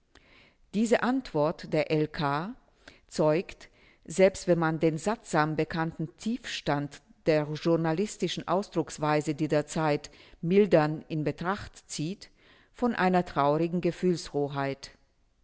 diese antwort der l k zeugt selbst wenn man den sattsam bekannten tiefstand der journalistischen ausdrucksweise dieser zeit mildernd in betracht zieht von einer traurigen